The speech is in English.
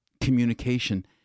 communication